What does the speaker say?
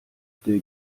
дээ